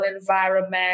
environment